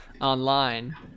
online